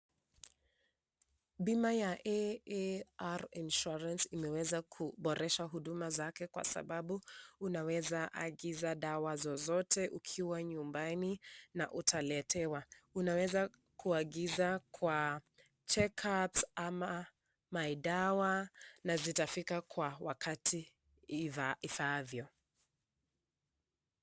Bima ya AAR Insurance imeweza kuboresha huduma zake kwa sababu unaweza kuangiza dawa zozote ukiwa nyumbani na utaletewa. Unaweza kuagiza kwa check-up ama my dawa na zitafika kwa wakati ifaavyo.